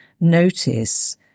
notice